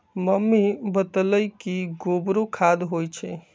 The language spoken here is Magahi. मम्मी बतअलई कि गोबरो खाद होई छई